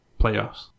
playoffs